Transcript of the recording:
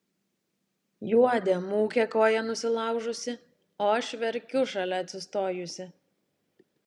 juodė mūkia koją nusilaužusi o aš verkiu šalia atsistojusi